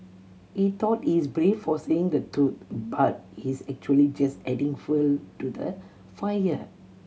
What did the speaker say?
he thought he's brave for saying the truth but he's actually just adding fuel to the fire